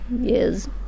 Yes